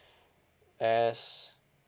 S